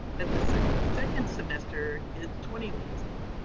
but the second second semester is twenty weeks long.